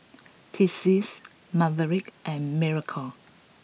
Tessie Maverick and Miracle